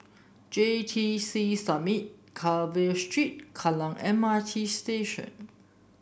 J T C Summit Carver Street Kallang M R T Station